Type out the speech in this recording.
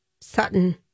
Sutton